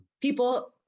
people